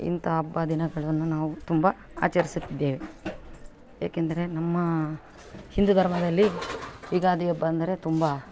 ಇಂಥ ಹಬ್ಬ ದಿನಗಳನ್ನು ನಾವು ತುಂಬ ಆಚರಿಸುತ್ತಿದ್ದೇವೆ ಏಕೆಂದರೆ ನಮ್ಮ ಹಿಂದೂ ಧರ್ಮದಲ್ಲಿ ಯುಗಾದಿ ಹಬ್ಬ ಅಂದರೆ ತುಂಬ